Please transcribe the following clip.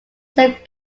self